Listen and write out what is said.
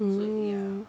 so ya